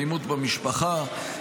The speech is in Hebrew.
אלימות במשפחה,